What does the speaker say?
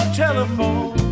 telephone